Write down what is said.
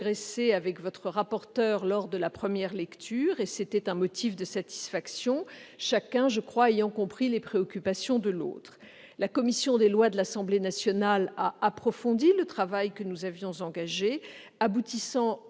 avec votre rapporteur lors de la première lecture, et c'était un motif de satisfaction, chacun, je crois, ayant compris les préoccupations de l'autre. La commission des lois de l'Assemblée nationale a approfondi le travail que nous avions engagé, aboutissant à